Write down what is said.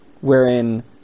wherein